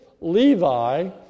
Levi